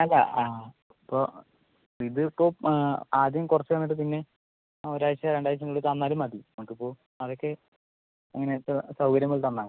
അല്ല ആ ഇപ്പോൾ ഇത് ഇപ്പോൾ ആദ്യം കുറച്ച് തന്നിട്ട് പിന്നെ ഒരാഴ്ചയോ രണ്ടാഴ്ചയ്ക്ക് ഉള്ളിൽ തന്നാലും മതി നമ്മൾക്ക് ഇപ്പോൾ അതൊക്കെ എങ്ങനെ ഇപ്പോൾ സൗകര്യം പോലെ തന്നാൽ മതി